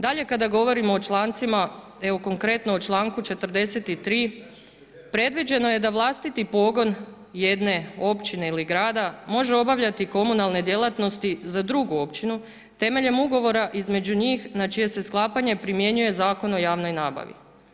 Dalje kada govorimo o člancima, evo konkretno o članku 43., predviđeno je da vlastiti pogon jedne općine ili grada može obavljati komunalne djelatnosti za drugu općinu temeljem ugovora između njih na čije se sklapanje primjenjuje Zakon o javnoj nabavi.